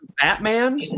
batman